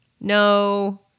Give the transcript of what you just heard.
No